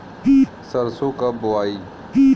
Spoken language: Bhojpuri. सरसो कब बोआई?